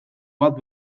bat